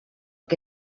que